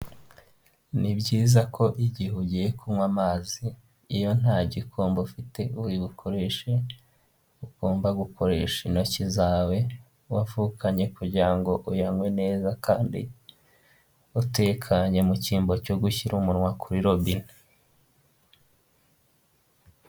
Ni byiza ko igihe ugiye kunywa amazi iyo nta gikombe ufite uri bukoresha, ugomba gukoresha intoki zawe wavukanye kugira ngo uyanywe neza kandi utekanye mu cyimbo cyo gushyira umunwa kuri robine.